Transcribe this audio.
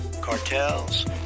cartels